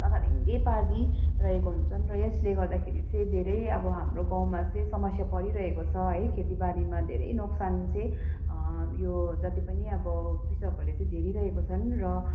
लथालिङ्गै पारिदिई रहेको हुन्छन् र यसले गर्दाखेरि चाहिँ धेरै अब हाम्रो गाउँमा चाहिँ समस्या परिरहेको छ है खेतीबारीमा धेरै नोक्सान चाहिँ यो जति पनि अब कृषकहरूले चाहिँ झेलिरहेको छन् र